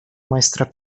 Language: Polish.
majstra